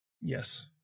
yes